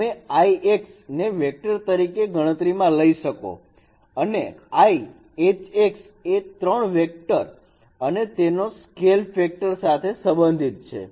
તમે i x ને vector તરીકે ગણતરીમાં લઇ શકો અને i Hx એ 3 વેક્ટર અને તેઓ સ્કેલ ફેક્ટર સાથે સંબંધિત છે